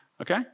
Okay